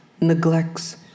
neglects